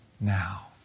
now